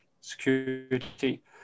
security